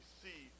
see